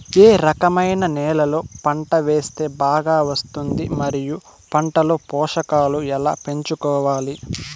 ఏ రకమైన నేలలో పంట వేస్తే బాగా వస్తుంది? మరియు పంట లో పోషకాలు ఎలా పెంచుకోవాలి?